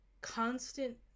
constant